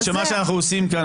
מכיוון שמה שאנחנו עושים כאן,